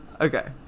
Okay